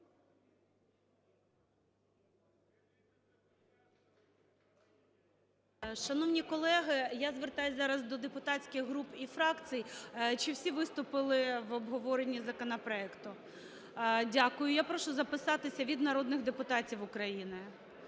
Шановні колеги, я звертаюся зараз до депутатських груп і фракцій, чи всі виступили в обговоренні законопроекту? Дякую. Я прошу записатися від народних депутатів України.